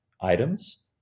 items